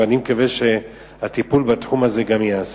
ואני מקווה שגם הטיפול בתחום הזה ייעשה.